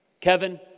Kevin